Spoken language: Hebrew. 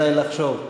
כדאי לחשוב.